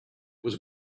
was